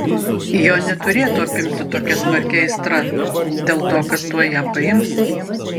jo neturėtų apimti tokia smarki aistra dėl to kad tuoj ją paims